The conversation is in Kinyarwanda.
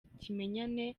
ikimenyane